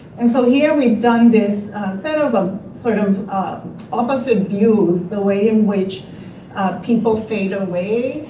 and so here we've done this sort of of sort of opposite views. the way in which people fade away,